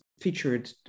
featured